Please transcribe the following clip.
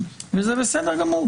וזה בסדר גמור.